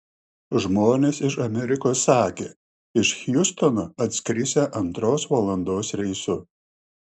žmonės iš amerikos sakė iš hjustono atskrisią antros valandos reisu